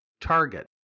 Target